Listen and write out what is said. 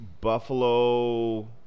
buffalo